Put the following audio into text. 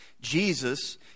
Jesus